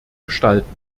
gestalten